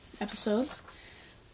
episodes